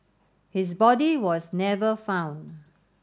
his body was never found